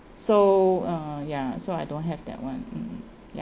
so uh ya so I don't have that one mm mm ya